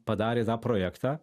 padarė tą projektą